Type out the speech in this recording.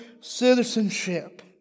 citizenship